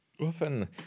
often